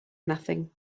nothing